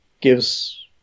gives